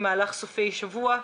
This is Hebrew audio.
במהלך סופי שבוע,